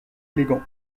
élégant